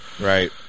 Right